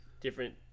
different